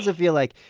via like